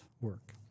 work